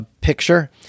picture